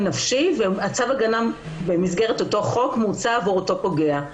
נפשי וצו ההגנה במסגרת אותה חוק מוצא באותו פוגע.